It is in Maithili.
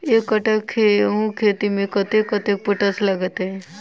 एक कट्ठा गेंहूँ खेती मे कतेक कतेक पोटाश लागतै?